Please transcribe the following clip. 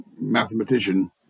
mathematician